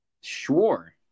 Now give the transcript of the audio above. Sure